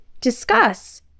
discuss